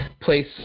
place